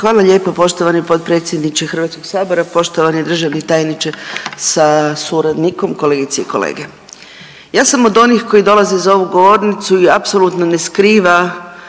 Hvala lijepo poštovani potpredsjedniče Hrvatskog sabora, poštovani državni tajniče sa suradnikom, kolegice i kolege. Ja sam od onih koji dolaze za ovu govornicu i apsolutno ne skriva